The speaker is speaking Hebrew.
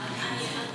חבריי השרים,